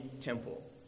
temple